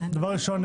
דבר ראשון,